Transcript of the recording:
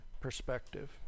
perspective